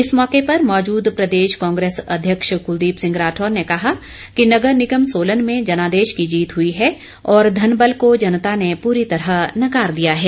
इस मौके पर मौजूद प्रदेश कांग्रेस अध्यक्ष कुलदीप सिंह राठौर ने कहा कि नगर निगम सोलन में जनादेश की जीत हुई है और धनबल को जनता ने पूरी तरह नकार दिया है